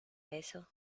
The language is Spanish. eso